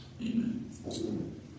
Amen